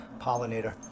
Pollinator